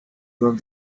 drove